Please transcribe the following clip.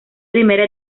primera